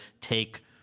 take